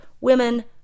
women